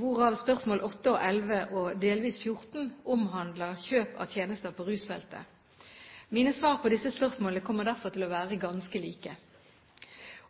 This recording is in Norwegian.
hvorav spørsmålene 8 og 11 og delvis 14 omhandler kjøp av tjenester på rusfeltet. Mine svar på disse spørsmålene kommer derfor til å være ganske like.